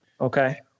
Okay